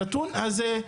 הנתון הזה,